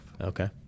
Okay